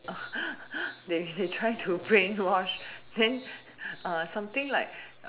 they they try to brainwash then uh something like